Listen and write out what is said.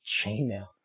Chainmail